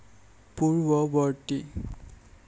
পূৰ্ববৰ্তী